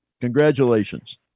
congratulations